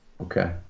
Okay